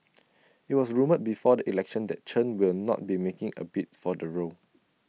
IT was rumoured before the election that Chen will not be making A bid for the role